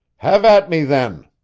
have at me then!